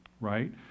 Right